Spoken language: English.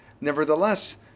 nevertheless